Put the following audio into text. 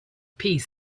piece